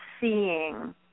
seeing